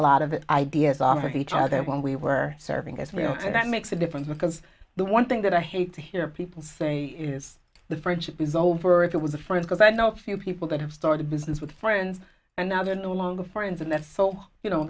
a lot of ideas off each other when we were serving as well that makes a difference because the one thing that i hate to hear people say is the friendship is over or it was a friend because i know a few people that have started business with friends and now they're no longer friends and that's so you know